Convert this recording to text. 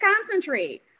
concentrate